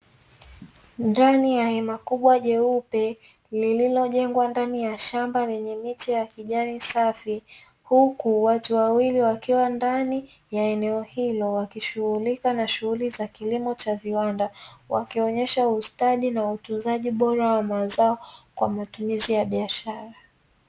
Ndani ya hema kubwa jeupe, lililojengwa ndani ya shamba lenye miche ya kijani safi, huku watu wawili wakiwa ndani ya eneo hilo wakishughulika na shughuli za kilimo cha viwanda, wakionyesha ustadi na utunzaji bora wa mazao kwa matumizi ya biashara.